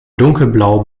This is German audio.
dunkelblau